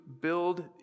build